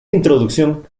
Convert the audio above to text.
introducción